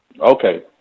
Okay